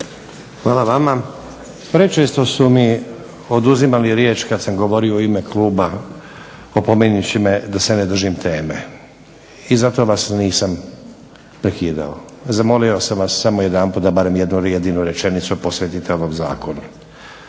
Hvala vama. Prečesto su mi oduzimali riječ kad sam govorio u ime kluba opominjući me da se ne držim teme i zato vas nisam prekidao. Zamolio sam vas samo jedanput da barem jednu jedinu rečenicu posvetite ovom Zakonu.